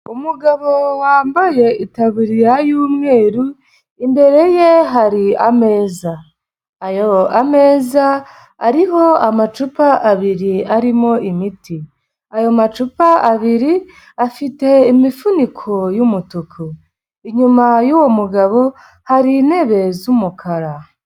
Umugabo wambaye itaburiya y'umweru, imbere ye hari ameza. Ameza ariho amacupa abiri arimo imiti. Ayo macupa abiri afite imifuniko y'umutuku. Inyuma'wo mugabo hari intebe z'umukara.